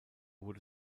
wurde